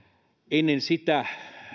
ennen sitä